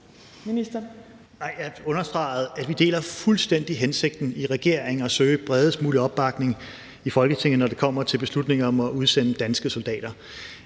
jeg understregede, at vi i regeringen fuldstændig deler hensigten om at søge bredest mulig opbakning i Folketinget, når det kommer til beslutninger om at udsende danske soldater.